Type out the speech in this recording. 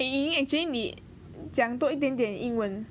eh actually 你讲多一点点英文